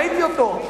ראיתי אותו,